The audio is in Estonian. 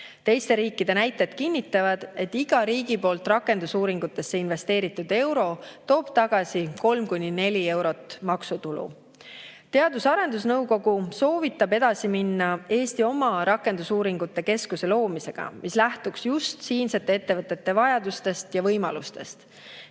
Teiste riikide näited kinnitavad, et iga riigi poolt rakendusuuringutesse investeeritud euro toob tagasi kolm kuni neli eurot maksutulu. Teadus- ja Arendusnõukogu soovitab edasi minna Eesti oma rakendusuuringute keskuse loomisega, mis lähtuks just siinsete ettevõtete vajadustest ja võimalustest.